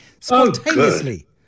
Spontaneously